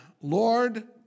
Lord